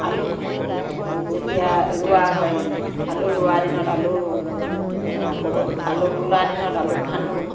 আলু খন্দা যেতিয়া ৰোৱা হয় মানে আলু ৰোৱা দিনত আলু ৰোওঁ আকৌ আলু তোলা দিনত আলু খান্দো